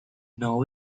know